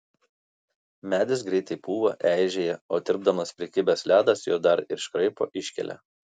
medis greitai pūva eižėja o tirpdamas prikibęs ledas juos dar ir iškraipo iškelia